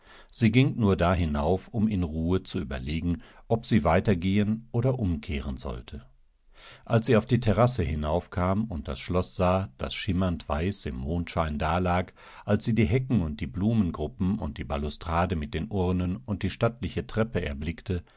sie ging nur da hinauf um in ruhe zu überlegen ob sie weitergehen oderumkehrensollte alssieaufdieterrassehinaufkamunddasschloßsah das schimmernd weiß im mondschein dalag als sie die hecken und die blumengruppen und die balustrade mit den urnen und die stattliche treppe erblickte